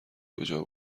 کجا